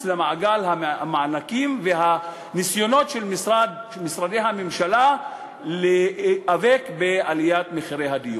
למעגל המענקים והניסיונות של משרדי הממשלה להיאבק בעליית מחירי הדיור.